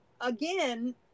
again